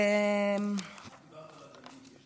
את דיברת על עגלים.